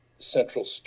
central